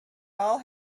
all